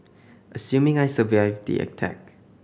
assuming I survived the attack